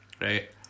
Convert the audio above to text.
right